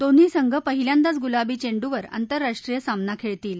दोन्ही संघ पहिल्यांदाच गुलाबी घेंडूवर आंतरराष्ट्रीय सामना खेळतील